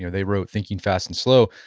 they wrote thinking fast and slow,